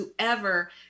whoever